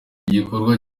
igikorwa